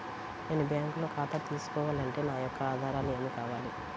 నేను బ్యాంకులో ఖాతా తీసుకోవాలి అంటే నా యొక్క ఆధారాలు ఏమి కావాలి?